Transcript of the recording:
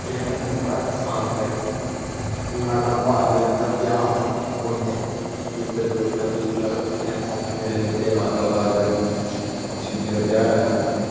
famous ऐ साढ़ा इ'त्थें मानतलाई माता पार्वती दा ब्याह् होया हा इ'त्थें कुंड ऐ जिसदे चबक्खे जिसदे बक्खियें सत्त फेरे लैते माता पार्वती होर शिवजी दा ब्याह् होया हा